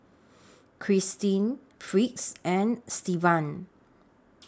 Kristen Fritz and Stevan